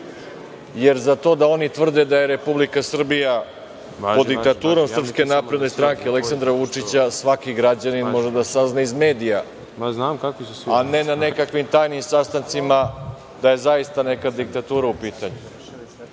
jer za to da oni tvrde da je Republika Srbija pod diktaturom SNS, Aleksandra Vučića, svaki građanin može da sazna iz medija, a ne na nekakvim tajnim sastancima da je zaista neka diktatura u pitanju. Ono